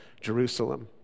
Jerusalem